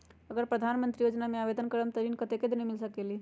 अगर प्रधानमंत्री योजना में आवेदन करम त ऋण कतेक दिन मे मिल सकेली?